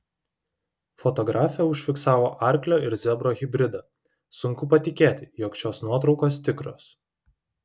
fotografė užfiksavo arklio ir zebro hibridą sunku patikėti jog šios nuotraukos tikros